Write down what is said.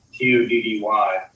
T-O-D-D-Y